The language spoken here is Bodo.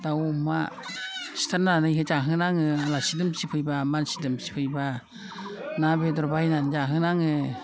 दाउ अमा सिथारनानै जाहोनाङो आलासि दुमसि फैब्ला मानसि दुमसि फैब्ला ना बेदर बायनानै जाहोनाङो